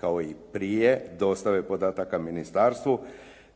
kao i prije dostave podataka ministarstvu